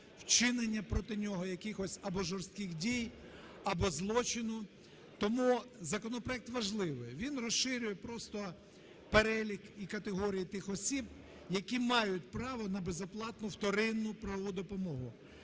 вчинення проти нього якихось або жорстких дій, або злочину. Тому законопроект важливий. Він розширює просто перелік і категорії тих осіб, які мають право на безоплатну вторинну правову допомогу.